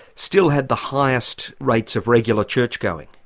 still had the highest rates of regular church going.